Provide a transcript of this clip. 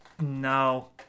no